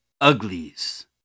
Uglies